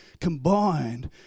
combined